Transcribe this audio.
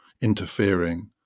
interfering